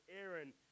Aaron